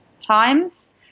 times